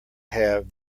have